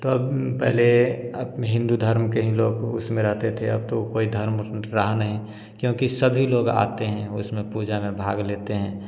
तो अब पहले अब हिन्दू धर्म के ही लोग उस में रहते थे अब तो कोई धर्म रहा नहीं क्योंकि सभी लोग आते हैं उस में पूजा में भाग लेते हैं